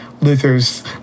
Luther's